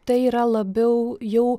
tai yra labiau jau